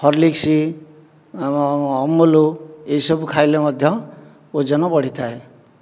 Horlicks Amul ଏସବୁକୁ ଖାଇଲେ ମଧ୍ୟ ଓଜନ ବଢ଼ିଥାଏ